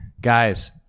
Guys